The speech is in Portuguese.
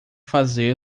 fazê